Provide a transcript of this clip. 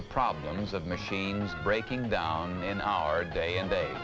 the problems of machines breaking down in our day and